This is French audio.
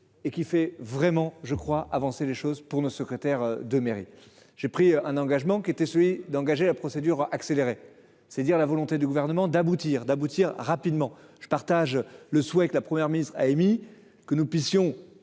et qui fait vraiment, je crois, avancer les choses. Pour le secrétaire de mairie, j'ai pris un engagement qui était celui d'engager la procédure accélérée. C'est dire la volonté du gouvernement d'aboutir. D'aboutir rapidement. Je partage le souhait que la Première ministre a émis que nous puissions